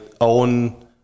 own